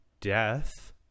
death